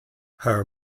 her